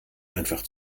einfach